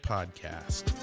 Podcast